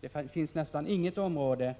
Det finns nästan inget område